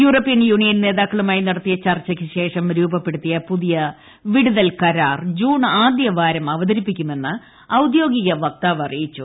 European Union നേതാക്കളുമായി നടത്തിയ ചർച്ചകൾക്കു ശേഷം രൂപപ്പെടുത്തിയ പുതിയ വിടുതൽ കരാർ ജൂൺ ആദ്യവാരം അവതരിപ്പിക്കുമെന്ന് ഔദ്യോഗിക വക്താവ് അറിയിച്ചു